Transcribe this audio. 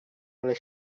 ale